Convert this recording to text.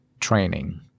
training